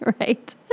right